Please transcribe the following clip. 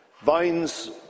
Vines